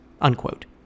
Unquote